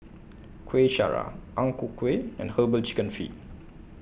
Kueh Syara Ang Ku Kueh and Herbal Chicken Feet